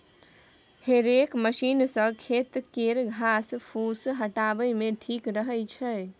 हेरेक मशीन सँ खेत केर घास फुस हटाबे मे ठीक रहै छै